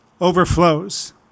overflows